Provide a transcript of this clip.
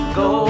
go